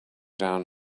down